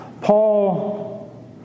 Paul